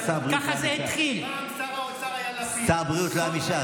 אבל שר הבריאות לא היה מש"ס.